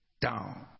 down